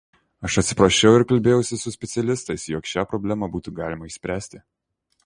aš atsiprašiau ir kalbėjausi su specialistais jog šią problemą būtų galima išspręsti